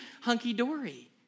hunky-dory